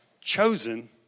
chosen